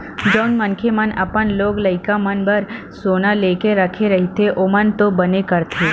जउन मनखे मन अपन लोग लइका मन बर सोना लेके रखे रहिथे ओमन तो बने करथे